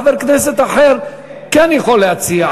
חבר כנסת אחר כן יכול להציע,